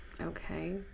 Okay